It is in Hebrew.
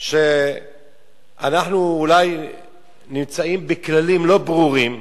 אנחנו אולי נמצאים בכללים לא ברורים.